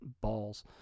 balls